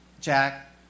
Jack